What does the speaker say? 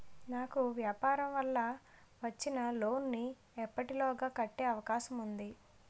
నాకు వ్యాపార వల్ల వచ్చిన లోన్ నీ ఎప్పటిలోగా కట్టే అవకాశం ఉంది?